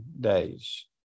days